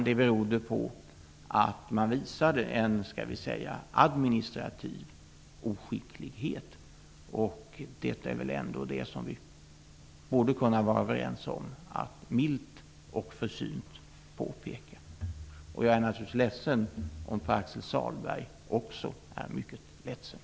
De berodde på att man visade en administrativ oskicklighet. Det borde vi väl ändå kunna vara överens om att milt och försynt påpeka. Jag är naturligtvis ledsen om Pär-Axel Sahlberg också är mycket ledsen.